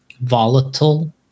volatile